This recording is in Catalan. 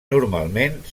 normalment